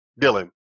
Dylan